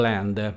Land